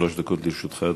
שלוש דקות לרשותך.